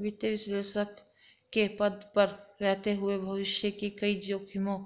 वित्तीय विश्लेषक के पद पर रहते हुए भविष्य में कई जोखिमो